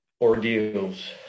ordeals